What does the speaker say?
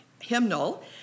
hymnal